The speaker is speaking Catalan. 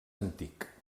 antic